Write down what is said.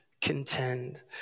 contend